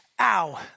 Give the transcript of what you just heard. ow